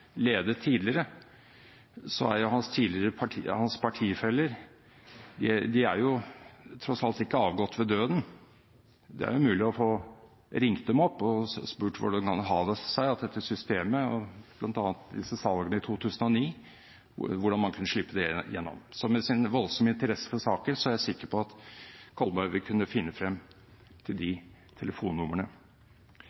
tidligere, er hans partifeller tross alt ikke avgått ved døden. Det er jo mulig å få ringt dem opp og spurt hvordan det kan ha seg at dette systemet kunne slippe igjennom bl.a. disse salgene i 2009. Med sin voldsomme interesse for saken er jeg sikker på at Kolberg vil kunne finne frem til de